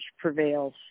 prevails